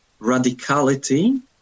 radicality